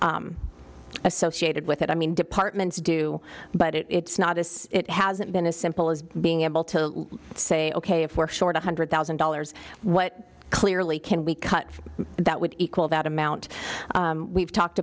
associated with it i mean departments do but it's not as it hasn't been as simple as being able to say ok if we're short one hundred thousand dollars what clearly can we cut that would equal that amount we've talked